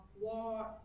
war